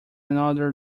another